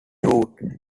route